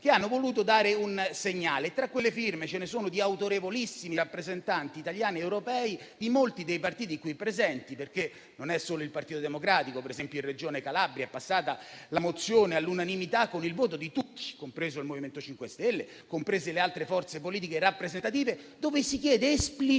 che hanno voluto dare un segnale. Tra quelle firme ce ne sono alcune di autorevolissimi rappresentanti italiani ed europei di molti dei partiti qui presenti, non solo del Partito Democratico. Ad esempio, in Regione Calabria è passata la mozione all'unanimità, con il voto di tutti, compresi il MoVimento 5 Stelle e altre forze politiche rappresentative, con cui si chiede esplicitamente